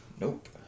nope